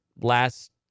last